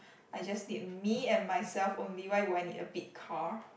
I just need me and myself only why would I need a big car